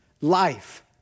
life